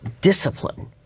discipline